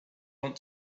want